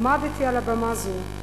עמדתי על במה זו,